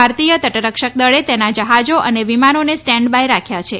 ભારતીય તટરક્ષક દળે તેના જહાજો અને વિમાનને સ્ટેન્ડબાય રાખ્યા છે